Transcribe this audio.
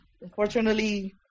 unfortunately